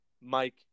Mike